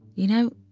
you know,